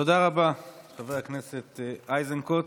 תודה רבה, חבר הכנסת איזנקוט.